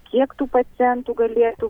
kiek tų pacientų galėtų